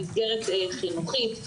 אלא גם עבור המסגרת כמסגרת חינוכית.